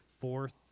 fourth